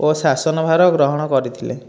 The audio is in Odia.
ଓ ଶାସନ ଭାର ଗ୍ରହଣ କରିଥିଲେ